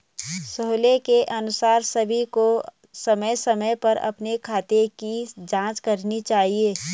सोहेल के अनुसार सभी को समय समय पर अपने खाते की जांच करनी चाहिए